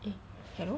eh hello